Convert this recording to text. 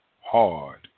Hard